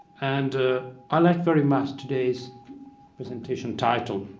and i like very much today's presentation title,